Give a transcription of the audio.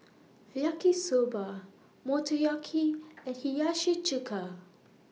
Yaki Soba Motoyaki and Hiyashi Chuka